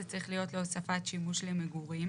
זה צריך להיות להוספת שימוש למגורים